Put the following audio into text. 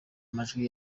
amajwi